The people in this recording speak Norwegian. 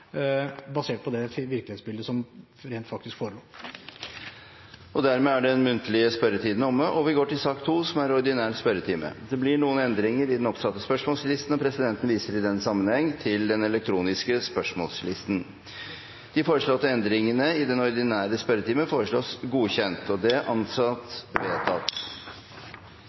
basert på det virkelighetsbildet som forelå. Dermed er den muntlige spørretimen omme. Det blir noen endringer i den oppsatte spørsmålslisten. Presidenten viser i den sammenheng til den elektroniske spørsmålslisten. De foreslåtte endringene